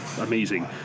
amazing